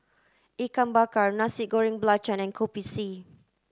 Ikan Bakar Nasi Goreng Belacan and Kopi C